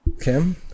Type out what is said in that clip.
Kim